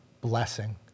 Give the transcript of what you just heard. blessing